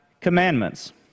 commandments